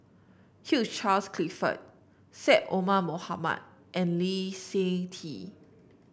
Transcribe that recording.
Hugh Charles Clifford Syed Omar Mohamed and Lee Seng Tee